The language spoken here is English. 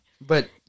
But-